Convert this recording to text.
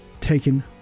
taken